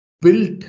built